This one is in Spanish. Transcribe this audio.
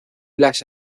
las